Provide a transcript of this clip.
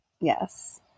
Yes